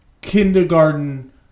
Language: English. Kindergarten